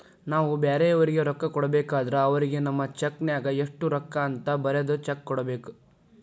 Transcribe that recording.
ನಾವು ಬ್ಯಾರೆಯವರಿಗೆ ರೊಕ್ಕ ಕೊಡಬೇಕಾದ್ರ ಅವರಿಗೆ ನಮ್ಮ ಚೆಕ್ ನ್ಯಾಗ ಎಷ್ಟು ರೂಕ್ಕ ಅಂತ ಬರದ್ ಚೆಕ ಕೊಡಬೇಕ